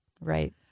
Right